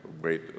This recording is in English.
wait